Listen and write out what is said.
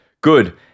Good